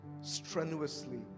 strenuously